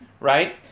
right